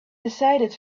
decided